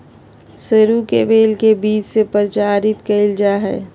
सरू के बेल के बीज से प्रचारित कइल जा हइ